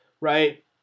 right